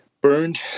burned